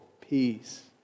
peace